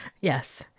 Yes